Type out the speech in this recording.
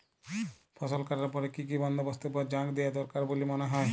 ফসলকাটার পরে কি কি বন্দবস্তের উপর জাঁক দিয়া দরকার বল্যে মনে হয়?